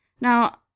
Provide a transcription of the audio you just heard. Now